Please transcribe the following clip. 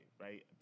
right